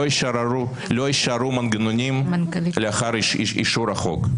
לא יישארו מנגנונים לאחר אישור החוק,